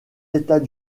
états